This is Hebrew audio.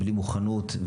בלי מוכנות,